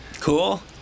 Cool